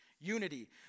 unity